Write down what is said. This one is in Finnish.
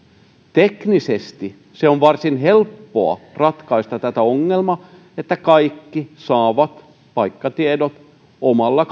teknisesti on varsin helppoa ratkaista tämä ongelma että kaikki saavat paikkatiedot omalla